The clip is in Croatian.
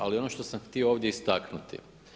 Ali ono što sam htio ovdje istaknuti.